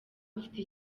mfite